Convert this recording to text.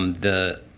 um the.